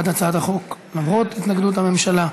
בעד הצעת החוק, למרות התנגדות הממשלה.